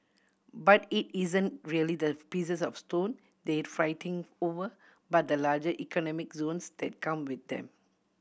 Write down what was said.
but it isn't really the pieces of stone they fighting over but the larger economic zones that come with them